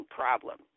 problem